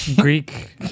Greek